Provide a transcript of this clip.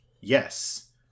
Yes